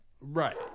Right